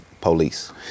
police